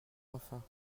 enfin